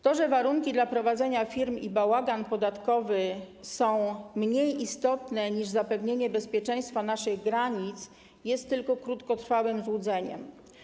To, że warunki do prowadzenia firm i bałagan podatkowy są mniej istotne niż zapewnienie bezpieczeństwa naszych granic, jest tylko krótkotrwałym złudzeniem.